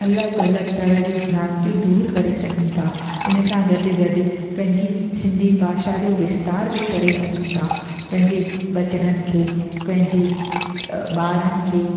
अलॻि अलॻि तरहि जूम भ्रांतियूं दूरि करे सघूं था हिन सां गॾु गॾु पंहिंजी सिंधी भाषा जो विस्तार बि करे सघूं था पंहिंजे बचड़नि खे पंहिंजे अ ॿारनि खे